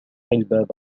الباب